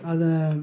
அதை